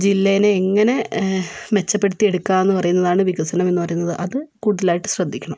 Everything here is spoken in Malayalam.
ജില്ലയിൽ എങ്ങനെ മെച്ചപ്പെടുത്തിയെടുക്കാംന്ന് പറയുന്നതാണ് വികസനമെന്ന് പറയുന്നത് അത് കൂടുതലായിട്ട് ശ്രദ്ധിക്കണം